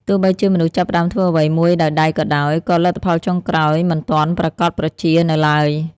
ទោះបីជាមនុស្សចាប់ផ្ដើមធ្វើអ្វីមួយដោយដៃក៏ដោយ ក៏ លទ្ធផលចុងក្រោយ មិនទាន់ប្រាកដប្រជានៅឡើយ។